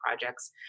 projects